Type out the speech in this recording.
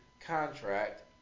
contract